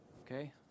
Okay